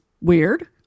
weird